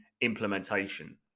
implementation